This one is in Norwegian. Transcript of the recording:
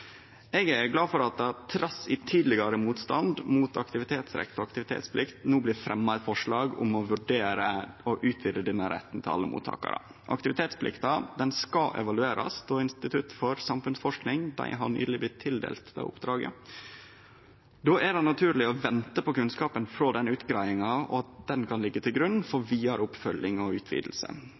Eg er glad for at det trass i tidlegare motstand mot aktivitetsrett og aktivitetsplikt no blir fremja eit forslag om å vurdere å utvide denne retten til alle mottakarar. Aktivitetsplikta skal evaluerast av Institutt for samfunnsforskning. Dei har nyleg blitt tildelt oppdraget. Då er det naturleg å vente på kunnskapen frå utgreiinga deira, at den kan liggje til grunn for vidare oppfølging og